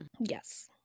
Yes